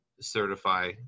certify